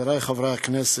חברי חברי הכנסת,